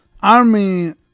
army